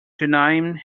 denying